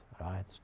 right